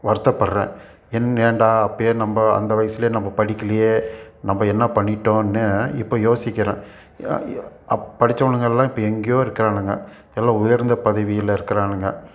வருத்தப்படுறேன் என் ஏன்டா அப்பயே நம்ம அந்த வயசுலே நம்ம படிக்கிலையே நம்ம என்ன பண்ணிட்டோம்னு இப்போ யோசிக்கிறேன் அப் படிச்சவனுங்கெல்லாம் இப்போ எங்கேயோ இருக்கானுங்க எல்லாம் உயர்ந்த பதவியில் இருக்கிறானுங்க